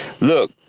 look